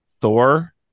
Thor